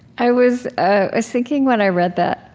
i was ah thinking, when i read that